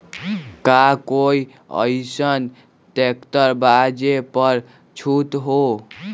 का कोइ अईसन ट्रैक्टर बा जे पर छूट हो?